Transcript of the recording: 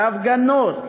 בהפגנות,